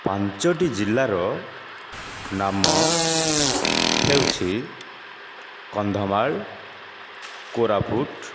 ପାଞ୍ଚଟି ଜିଲ୍ଲାର ନାମ ହେଉଛି କନ୍ଧମାଳ କୋରାପୁଟ